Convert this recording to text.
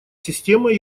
система